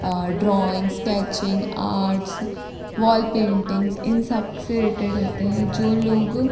drawing sketching arts wall paintings इन सबसे rated होते हैं जो लोग